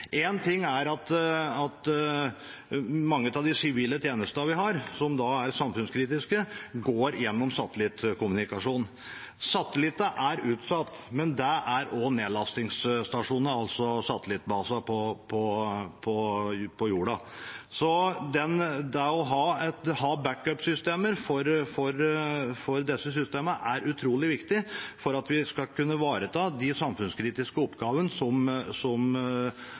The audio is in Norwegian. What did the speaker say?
sivile tjenestene vi har, som er samfunnskritiske, går gjennom satellittkommunikasjon. Satellitter er utsatt, men det er også nedlastingsstasjoner, altså satellittbaser på jorda. Så det å ha back up-systemer er utrolig viktig for at vi skal kunne ivareta de samfunnskritiske oppgavene som